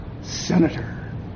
senator